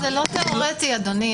זה לא תיאורטי, אדוני.